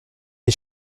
les